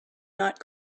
not